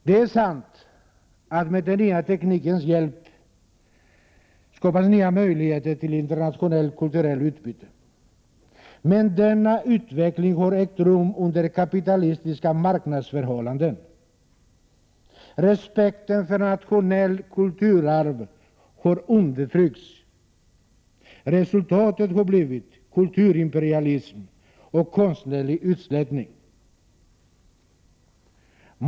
Det är sant att man med den nya teknikens hjälp kan skapa nya möjligheter till internationellt kulturellt utbyte. Men denna utveckling har ägt rum under kapitalistiska marknadsförhållanden. Respekten för nationellt kulturarv har undertryckts. Resultatet har blivit kulturimperialism och konstnärlig utslätning.